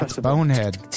Bonehead